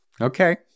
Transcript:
okay